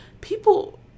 people